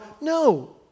No